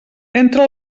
entre